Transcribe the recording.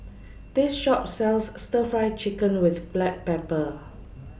This Shop sells Stir Fry Chicken with Black Pepper